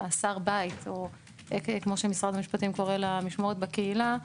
מאסר בית או כמו שמשרד המשפטים קורא לה "משמורת בקהילה".